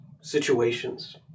situations